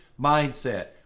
mindset